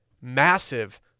massive